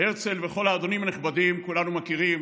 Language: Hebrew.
"הרצל וכל האדונים הנכבדים" כולנו מכירים,